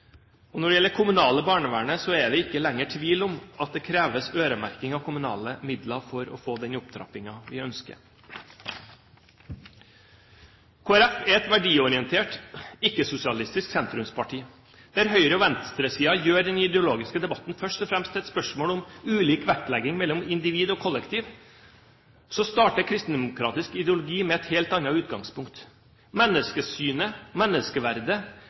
Og når det gjelder det kommunale barnevernet, er det ikke lenger tvil om at det kreves øremerking av kommunale midler for å få den opptrappingen vi ønsker. Kristelig Folkeparti er et verdiorientert ikke-sosialistisk sentrumsparti. Der høyre- og venstresiden først og fremst gjør den ideologiske debatten til et spørsmål om ulik vektlegging mellom individ og kollektiv, starter kristendemokratisk ideologi med et helt annet utgangspunkt. Menneskesynet, menneskeverdet